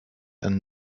and